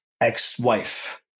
ex-wife